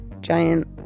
giant